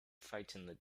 frightened